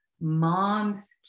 mom's